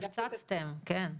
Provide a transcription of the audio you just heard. הפצצתם, כן.